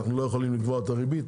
אנו לא יכולים לקבוע את הריבית